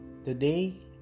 Today